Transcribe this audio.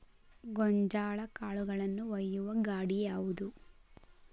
ಗೋಂಜಾಳ ಕಾಳುಗಳನ್ನು ಒಯ್ಯುವ ಗಾಡಿ ಯಾವದು?